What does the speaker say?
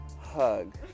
hug